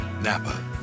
NAPA